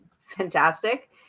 fantastic